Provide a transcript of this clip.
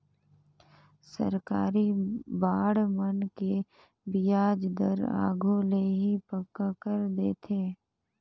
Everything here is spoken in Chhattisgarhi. सरकारी बांड मन के बियाज दर आघु ले ही पक्का कर देथे